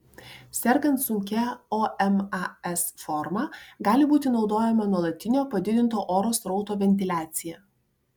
sergant sunkia omas forma gali būti naudojama nuolatinio padidinto oro srauto ventiliacija